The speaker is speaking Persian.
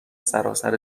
سراسر